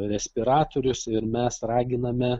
respiratorius ir mes raginame